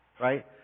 Right